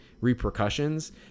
repercussions